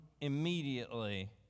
immediately